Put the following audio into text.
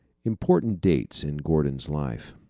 important dates in gordon's life